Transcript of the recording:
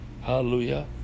Hallelujah